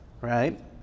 right